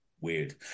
weird